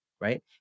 Right